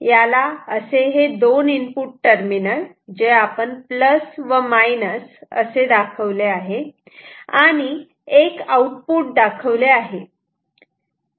याला दोन input terminal जे आपण प्लस व मायनस असे दाखवले आहे आणि एक आउटपुट दाखवले आहे